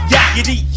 Yakety